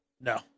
No